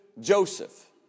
Joseph